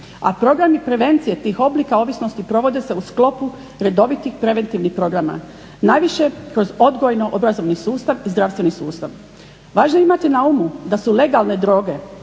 a programi prevencije tih oblika ovisnosti provode se u sklopu redovitih preventivnih programa, najviše kroz odgojno obrazovni sustav, i zdravstveni sustav. Važno je imati na umu da su legalne droge,